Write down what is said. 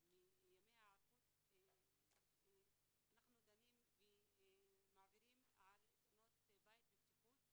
מימי ההיערכות אנחנו דנים ומעבירים על תאונות בית ובטיחות.